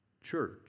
church